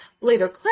later